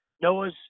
Noah's